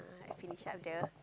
like finish up the